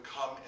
come